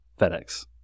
FedEx